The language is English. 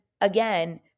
again